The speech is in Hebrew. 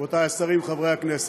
רבותי השרים, חברי הכנסת,